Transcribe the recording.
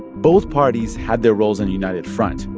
both parties had their roles in united front.